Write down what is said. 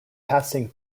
passing